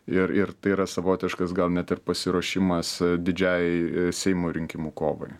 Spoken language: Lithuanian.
ir ir tai yra savotiškas gal net ir pasiruošimas didžiajai seimo rinkimų kovai